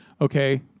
okay